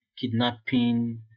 kidnapping